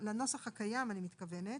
לנוסח הקיים אני מתכוונת,